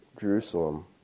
Jerusalem